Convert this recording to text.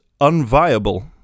unviable